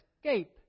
escape